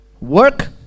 Work